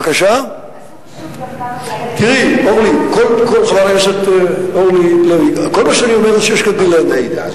עשו חישוב כמה יעלה לשקם את ההריסות?